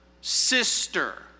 sister